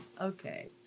Okay